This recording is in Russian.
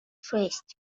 шесть